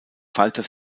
falter